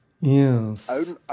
yes